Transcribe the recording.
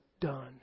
done